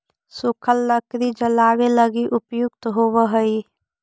सूखल लकड़ी जलावे लगी उपयुक्त होवऽ हई